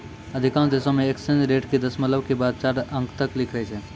अधिकांश देशों मे एक्सचेंज रेट के दशमलव के बाद चार अंक तक लिखै छै